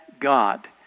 God